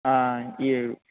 ఇవ్